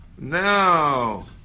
No